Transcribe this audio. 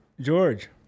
George